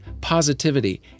positivity